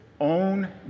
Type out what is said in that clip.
own